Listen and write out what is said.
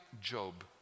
Job